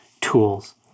tools